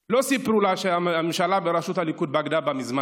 לא סיפרו לה שהממשלה בראשות הליכוד בגדה בה מזמן.